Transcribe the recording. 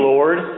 Lord